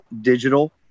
digital